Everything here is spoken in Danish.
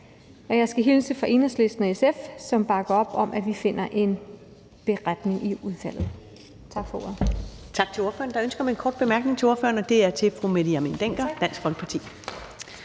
jeg skal hilse fra Enhedslisten og SF, som bakker op om, at vi finder sammen om en beretning i udvalget. Tak for ordet.